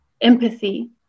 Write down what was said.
Empathy